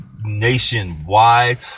nationwide